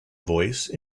voice